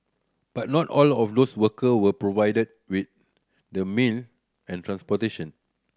but not all of those worker were provided with the meal and transportation